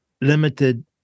limited